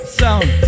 sound